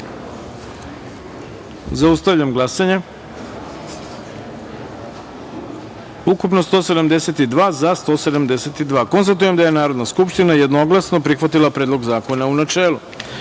taster. Zaustavljam glasanje: ukupno – 172, za – 172.Konstatujem da je Narodna skupština jednoglasno prihvatila Predlog zakona, u